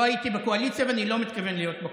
לא הייתי בקואליציה ואני לא מתכוון להיות בקואליציה.